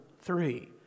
three